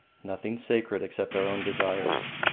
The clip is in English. nothing sacred except our own desires.